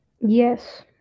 yes